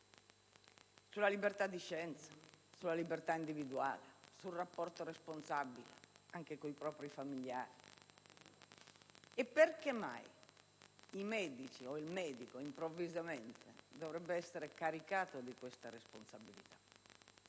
alla libertà di scienza, alla libertà individuale, al rapporto responsabile anche con i propri familiari. E perché mai il medico dovrebbe essere improvvisamente caricato di questa responsabilità?